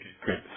great